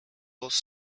was